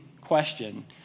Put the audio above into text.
question